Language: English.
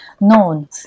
known